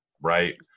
right